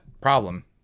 problem